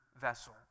vessel